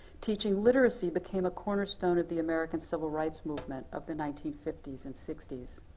teaching literacy became a cornerstone of the american civil rights movement of the nineteen fifty s and sixty s.